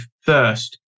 first